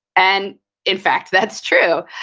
and in fact, that's true.